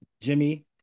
Jimmy